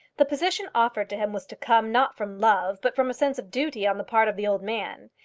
the position offered to him was to come, not from love, but from a sense of duty on the part of the old man.